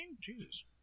Jesus